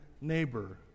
neighbor